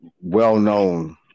well-known